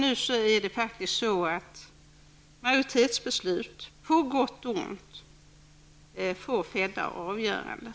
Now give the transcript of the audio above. Nu får ett majoritetsbeslut, på gott och ont, fälla avgörandet.